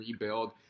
rebuild